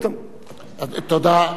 תודה, תודה.